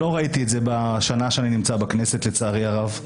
לא ראיתי את זה בשנה שאני נמצא בכנסת לצערי הרב.